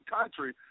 country